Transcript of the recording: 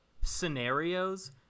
scenarios